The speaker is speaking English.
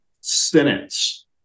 sentence